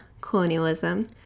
colonialism